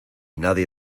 nadie